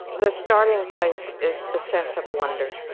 the starting place is the sense of wonder.